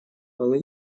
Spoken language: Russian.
полы